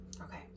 Okay